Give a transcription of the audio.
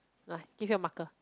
ah give you a marker